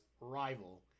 rival